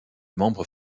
membres